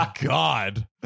God